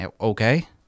Okay